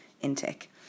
intake